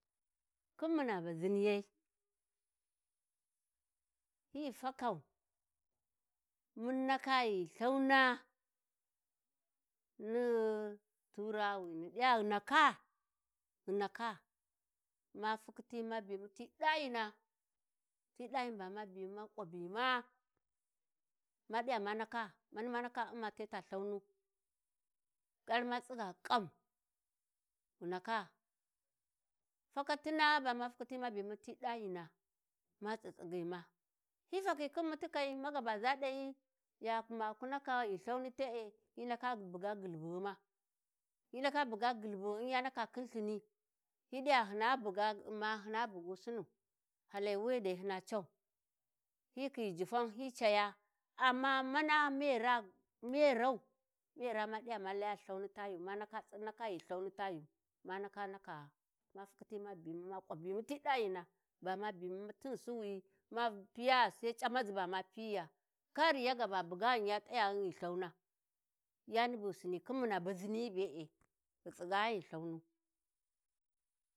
﻿Khin muna baziniyyai, hyi fakau mun ndaka ghi lthauna ni'i Turawawini ghi ɗaya ghi ndaka, ghi ndaka, ma fukkhiti ma bimu ti ɗayina ti ɗayın bama bima ƙwabima, ma ɗi ya ma ndaka, ma-ndaka u'ma teta Lthaunu, gaari ma tsiga ƙam ghi ndaka, fakatina ba ma fukhiti ma bimu ti ɗayin ma tsitsighima hyi fakhi Khin Mutikai ma ga ba za ɗahyi ya kuma ku ndaka ghi Lthauni te'e hyi ndaka ba buga ghulhubughuma, hyi ndaka buga ghulbughuma ya ndaka khin lthini hyi ɗi ya hyina buga gma hyina bugu Su nu, halai wuya dai hyina can hyi khiyi jifan, hyi ca ya, amma mana mai raa mai rau, mai ra ma ɗaya ma laya lthauni tayu ma ndaka ma ndaka ghi Lthauni ta yu, ma ndaka ndaka fukhiti ma bimu ma ƙwabimu ti dayina, ba ma bimu ma ƙwabima tin suwuyi ma piya, sai c'amazi ba ma piyiya, kar ya ga ba buga ghum ya t'aya ghum ghi lthauna yani bu ghi sinni khin muna baziniyyi be'e.